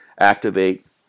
activate